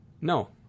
No